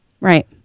right